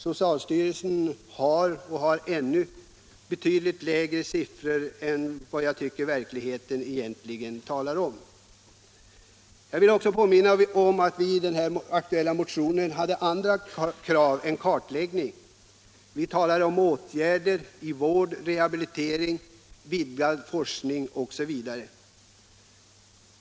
Socialstyrelsen hade och har ännu betydligt lägre siffror än vad jag tycker verkligheten egentligen talar om. Jag vill också påminna om att vi i den aktuella motionen hade andra krav än kartläggningen. Vi talade om åtgärder i form av vård, rehabilitering, vidgad forskning osv.